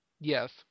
yes